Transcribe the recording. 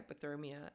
hypothermia